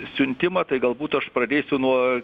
siuntimą tai galbūt aš pradėsiu nuo